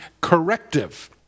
corrective